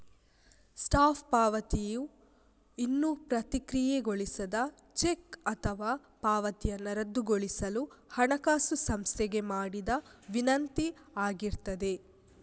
stop ಪಾವತಿಯು ಇನ್ನೂ ಪ್ರಕ್ರಿಯೆಗೊಳಿಸದ ಚೆಕ್ ಅಥವಾ ಪಾವತಿಯನ್ನ ರದ್ದುಗೊಳಿಸಲು ಹಣಕಾಸು ಸಂಸ್ಥೆಗೆ ಮಾಡಿದ ವಿನಂತಿ ಆಗಿರ್ತದೆ